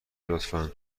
لطفا